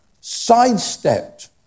sidestepped